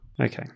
Okay